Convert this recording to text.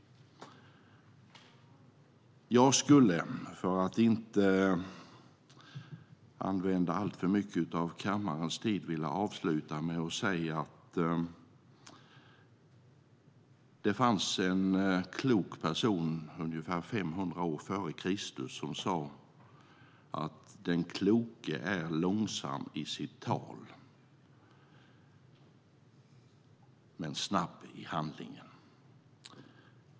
För att inte använda alltför mycket av kammarens tid skulle jag vilja avsluta med att säga att det fanns en klok person ungefär 500 år före Kristus som sa att den kloke är långsam i sitt tal men snabb i handlingen.